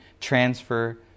transfer